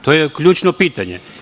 To je ključno pitanje.